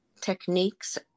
techniques